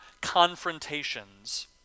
confrontations